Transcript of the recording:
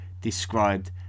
described